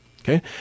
Okay